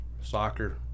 soccer